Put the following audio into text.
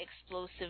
explosive